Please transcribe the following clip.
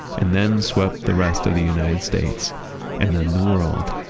and then swept the rest of the united states and then the world,